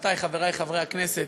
רבותי חברי חברי הכנסת,